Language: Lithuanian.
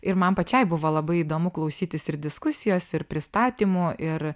ir man pačiai buvo labai įdomu klausytis ir diskusijos ir pristatymų ir